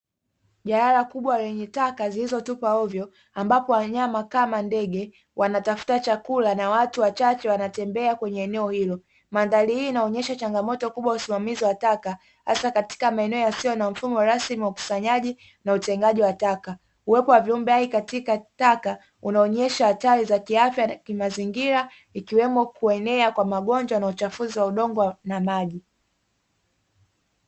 Jalala kubwa lenye taka zilizotupwa hovyo, ambapo wanyama kama ndege wanatafuta chakula na watu wachache wanatembea kwenye eneo hilo, mandhari hii inaonesha changamoto kubwa ya usimamizi wa taka, hasa katika maeneo yasiyo na mfumo rasmi wa ukusanyaji na utengaji wa taka, uwepo wa viumbe hai katika taka unaonyesha hatari za kiafya na kimazingira, ikiwemo kuenea kwa magonjwa na uchafuzi wa udongo na maji.